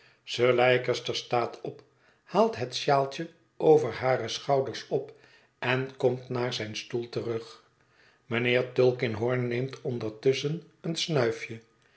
sir leicester staat op haalt het sjaaltje over hare schouders op en komt naar zijn stoel terug mijnheer tulkinghorn neemt ondertusschen een snuifje